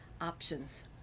options